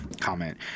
comment